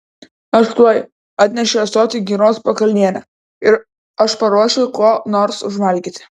aš tuoj atnešė ąsotį giros pakalnienė aš paruošiu ko nors užvalgyti